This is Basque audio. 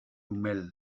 umel